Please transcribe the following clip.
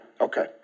Okay